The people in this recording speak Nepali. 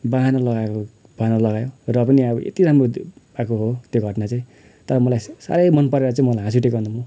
बहना लगाएको बहना लगायो र पनि अब यति राम्रो भएको हो त्यो घटना चाहिँ तर मलाई साह्रै मनपरेर चाहिँ मलाई हाँस उठेको नि